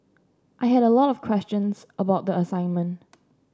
I had a lot of questions about the assignment